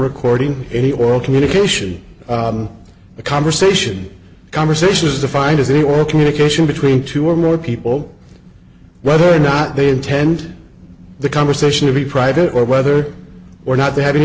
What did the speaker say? recording any oral communication a conversation a conversation is defined as he or communication between two or more people whether or not they intend the conversation to be private or whether or not they have an